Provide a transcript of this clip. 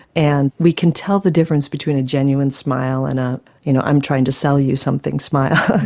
and we can tell the difference between a genuine smile and a you know i'm trying to sell you something smile.